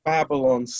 Babylon